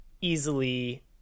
easily